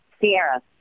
Sierra